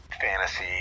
fantasy